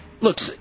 Look